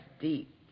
deep